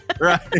Right